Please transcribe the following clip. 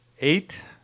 eight